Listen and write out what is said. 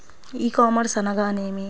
ఈ కామర్స్ అనగా నేమి?